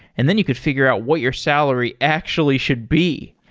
and then you could figure out what your salary actually should be.